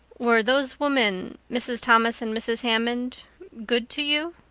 were those women mrs. thomas and mrs. hammond good to you?